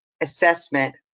assessment